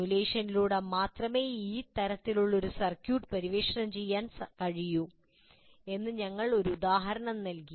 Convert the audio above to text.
സിമുലേഷനിലൂടെ മാത്രമേ ഈ തരത്തിലുള്ള ഒരു സർക്യൂട്ട് പര്യവേക്ഷണം ചെയ്യാൻ കഴിയൂ എന്ന് ഞങ്ങൾ ഒരു ഉദാഹരണം നൽകി